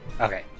Okay